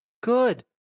Good